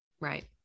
right